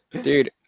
Dude